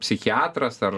psichiatras ar